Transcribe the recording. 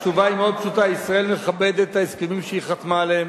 התשובה היא מאוד פשוטה: ישראל מכבדת את ההסכמים שהיא חתמה עליהם.